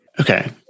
Okay